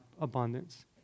abundance